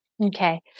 Okay